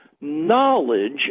knowledge